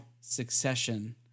Succession